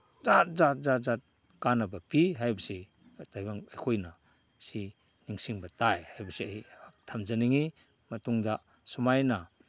ꯖꯥꯠ ꯖꯥꯠ ꯖꯥꯠ ꯖꯥꯠ ꯀꯥꯟꯅꯕ ꯄꯤ ꯍꯥꯏꯕꯁꯤ ꯇꯥꯏꯕꯪ ꯑꯩꯈꯣꯏꯅ ꯁꯤ ꯅꯤꯡꯁꯤꯡꯕ ꯇꯥꯏ ꯍꯥꯏꯕꯁꯤ ꯑꯩ ꯊꯝꯖꯅꯤꯡꯉꯤ ꯃꯇꯨꯡꯗ ꯁꯨꯃꯥꯏꯅ